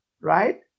right